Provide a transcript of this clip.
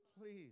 please